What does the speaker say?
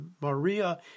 Maria